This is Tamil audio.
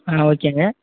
ஆ ஓகேங்க